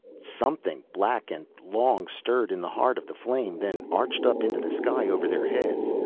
something black and long stirred in the heart of the flame, then arched up into the sky over their heads.